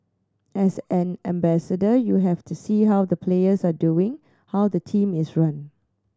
as an ambassador you have to see how the players are doing how the team is run